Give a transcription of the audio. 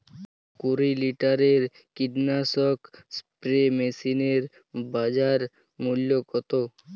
কুরি লিটারের কীটনাশক স্প্রে মেশিনের বাজার মূল্য কতো?